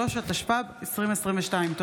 33), התשפ"ב 2022. תודה.